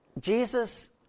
Jesus